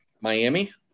Miami